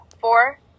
Four